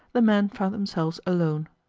the men found themselves alone.